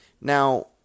Now